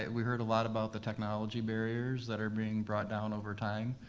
ah we heard a lot about the technology barriers that are being brought down over time.